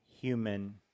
human